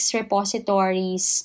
repositories